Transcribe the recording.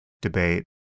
debate